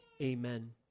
Amen